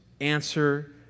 answer